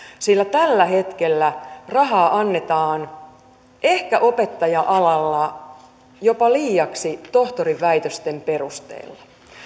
sillä tällä hetkellä rahaa annetaan ehkä opettaja alalla jopa liiaksi tohtorinväitösten perusteella